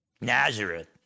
Nazareth